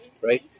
right